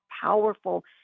powerful